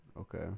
Okay